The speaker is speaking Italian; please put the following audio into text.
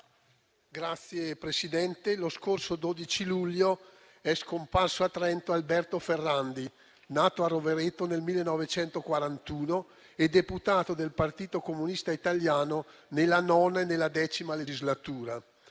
Signor Presidente, lo scorso 12 luglio è scomparso a Trento Alberto Ferrandi, nato a Rovereto nel 1941 e deputato del Partito Comunista Italiano nella IX e nella X legislatura.